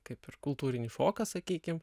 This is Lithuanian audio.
kaip ir kultūrinį šoką sakykim